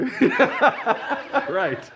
Right